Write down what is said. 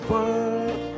World